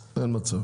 אין מצב